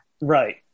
Right